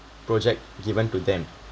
project given to them